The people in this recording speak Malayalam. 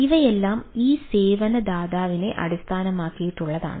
ഇവയെല്ലാം ആ സേവന ദാതാവിനെ അടിസ്ഥാനമാക്കിയുള്ളതാണ്